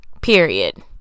Period